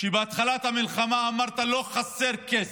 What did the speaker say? בהתחלת המלחמה אמרת: לא חסר כסף,